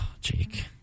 Jake